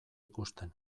ikusten